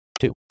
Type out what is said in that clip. two